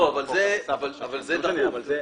תודה.